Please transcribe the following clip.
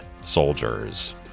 soldiers